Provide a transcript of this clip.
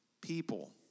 people